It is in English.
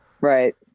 Right